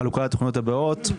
בחלוקה לתוכניות הבאות.